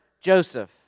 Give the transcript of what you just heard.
Joseph